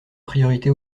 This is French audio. priorité